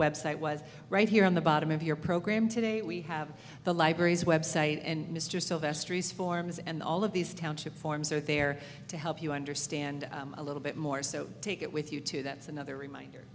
website was right here on the bottom of your program today we have the libraries website and mr sylvestris forms and all of these township forms are there to help you understand a little bit more so take it with you too that's another reminder